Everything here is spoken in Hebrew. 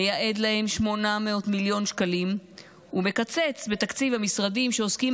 מייעד להם 800 מיליון שקלים ומקצץ בתקציב ומשרדים שעוסקים